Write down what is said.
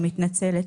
אני מתנצלת.